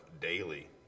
daily